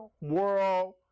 world